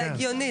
זה הגיוני.